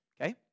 Okay